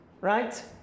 right